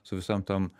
su visom tom